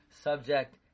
subject